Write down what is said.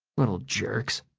little jerks.